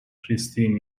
christine